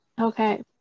Okay